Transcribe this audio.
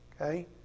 okay